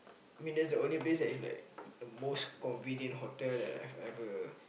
I mean that's the only place is like the most convenient hotel that I have ever